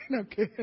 okay